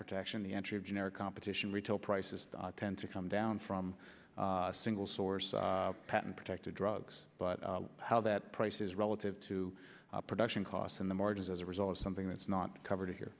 protection the entry of generic competition retail prices tend to come down from single source patent protected drugs but how that price is relative to production costs in the margins as a result of something that's not covered here